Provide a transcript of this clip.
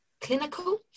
clinical